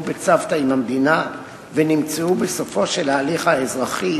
בצוותא עם המדינה ונמצאו בסופו של ההליך האזרחי,